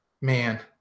man